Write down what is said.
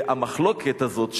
והמחלוקת הזאת,